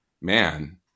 man